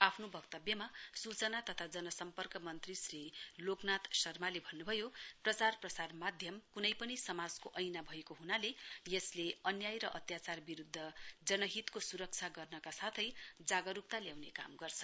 आफ्नो वक्तव्यमा सूचना तथा जन सम्पर्क मन्त्री श्री लोकनाथ शर्माले भन्नुभयो प्रचार प्रसार माध्यम क्नै पनि समाजको ऐना भएको हनाले यसले अन्याय र अत्यचार विरूद्ध जनहितको स्रक्षा गर्नका साथै जागरूकता ल्याउने काम गर्छ